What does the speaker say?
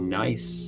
nice